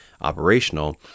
operational